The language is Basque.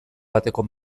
bateko